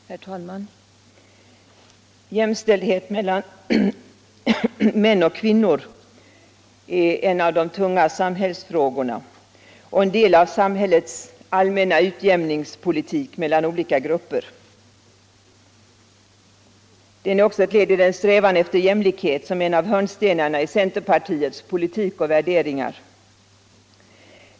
Fru JONÄNG tc) Herr talman! Jämställdhet mellan män och kvinnor är en av de tunga samhällsfrågorna och en del av samhällets allmänna utjämningspolitik mellan olika grupper. Den är också ett led i den strävan efter jämlikhet som är en av hörnstenarna i centerpartiets politik och värderingar.